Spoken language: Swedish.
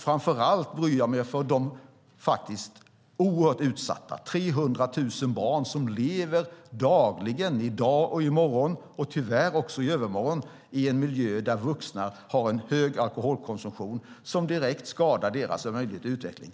Framför allt bryr jag mig om de 300 000 oerhört utsatta barn som dagligen - i dag, i morgon och tyvärr också i övermorgon - lever i en miljö där vuxna har en hög alkoholkonsumtion som direkt skadar deras möjligheter och utveckling.